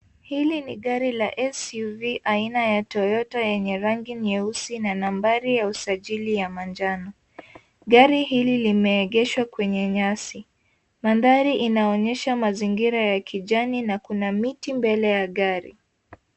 Hili ni gari la SUV aina ya Toyota yenye rangi nyeusi na nambari ya usajili ya manjano. Gari hili limeegeshwa kwenye nyasi. Mandhari inaonyesha mazingira ya kijani na kuna miti mbele ya gari.